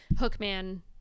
hookman